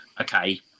okay